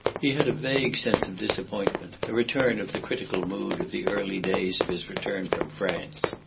he had a vague sense of disappointment, a return of the critical mood of the early days of his return from france.